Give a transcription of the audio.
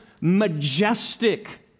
majestic